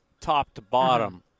top-to-bottom